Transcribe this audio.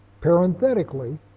parenthetically